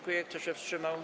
Kto się wstrzymał?